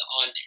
on